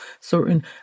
certain